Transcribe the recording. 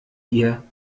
ihr